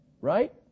right